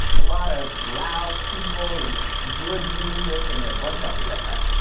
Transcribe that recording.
a lot of loud people and good music and a bunch of liquor.